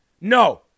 No